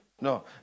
no